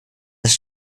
dass